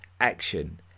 action